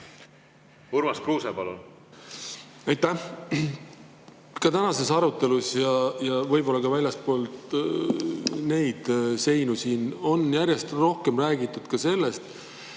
Urmas Kruuse, palun! Aitäh! Tänases arutelus ja võib-olla ka väljaspool neid seinu siin on järjest rohkem räägitud sellest,